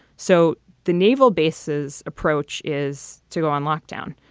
so the naval bases approach is to go on lockdown.